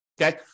Okay